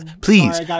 please